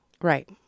Right